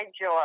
joy